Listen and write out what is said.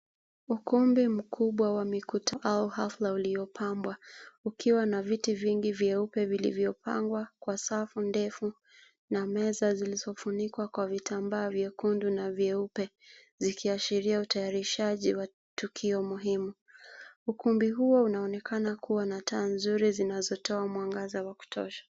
Ukumbi mkubwa wa mikutano au hafla uliopambwa ukiwa na viti vingi vyeupe vilivyopangwa kwa safu ndefu na meza zilizofunikwa kwa vitambaa vyekundu na vyeupe zikiashiria utayarishaji wa tukio muhimu. Ukumbi huo unaonekana kuwa na taa nzuri zinazotoa mwangaza wa kutosha.